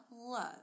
love